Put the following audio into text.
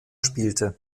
spielte